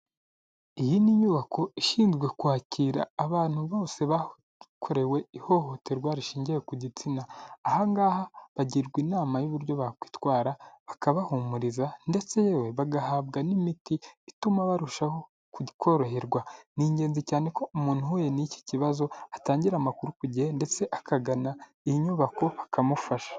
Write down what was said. Iyi ni inyubako ishinzwe kwakira abantu bose bakorewe ihohoterwa rishingiye ku gitsina, aha ngaha bagirwa inama y'uburyo bakwitwara bakabahumuriza ndetse yewe bagahabwa n'imiti ituma barushaho koroherwa, ni ingenzi cyane ko umuntu uhuye n'iki kibazo atangira amakuru ku gihe ndetse akagana iyi nyubako bakamufasha.